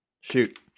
Shoot